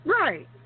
right